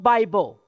Bible